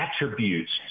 attributes